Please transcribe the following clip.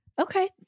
Okay